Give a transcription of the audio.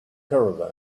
caravan